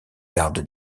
garde